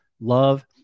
love